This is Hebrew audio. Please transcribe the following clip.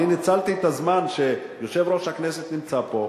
אני ניצלתי את הזמן שיושב-ראש הכנסת נמצא פה,